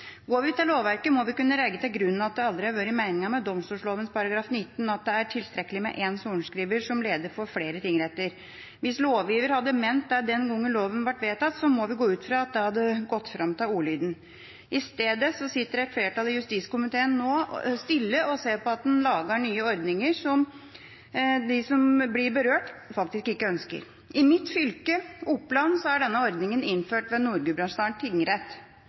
Går vi til lovverket, må vi kunne legge til grunn at det aldri har vært meningen med domstolloven § 19 at det er tilstrekkelig med én sorenskriver som leder for flere tingretter. Hvis lovgiver hadde ment det den gangen loven ble vedtatt, må vi gå ut fra at det hadde gått fram av ordlyden. I stedet sitter et flertall i justiskomiteen nå stille og ser på at en lager nye ordninger som de som blir berørt, faktisk ikke ønsker. I mitt fylke, Oppland, er denne ordningen innført ved Nord-Gudbrandsdalen tingrett.